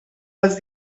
les